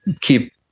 keep